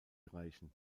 reichen